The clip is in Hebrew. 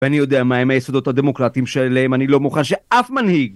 ואני יודע מהם היסודות הדמוקרטיים שלהם, אני לא מוכן שאף מנהיג!